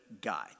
guy